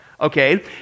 okay